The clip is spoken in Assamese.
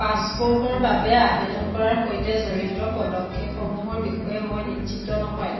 পাছপোৰ্টৰ বাবে আবেদন কৰাৰ সৈতে জড়িত পদক্ষেপসমূহৰ বিষয়ে মই নিশ্চিত নহয়